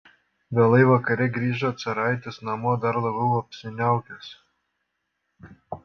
vėlai vakare grįžo caraitis namo dar labiau apsiniaukęs